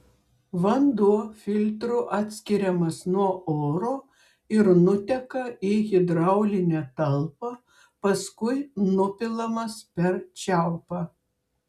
vanduo filtru atskiriamas nuo oro ir nuteka į hidraulinę talpą paskui nupilamas per čiaupą